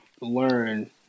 Learn